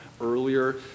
earlier